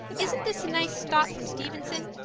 isn't this a nice thought from stevenson?